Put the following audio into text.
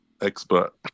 expert